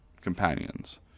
companions